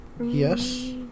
Yes